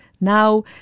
now